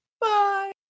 bye